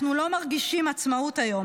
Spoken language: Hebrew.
אנחנו לא מרגישים עצמאות היום,